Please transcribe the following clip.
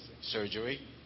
surgery